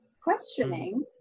Questioning